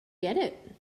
get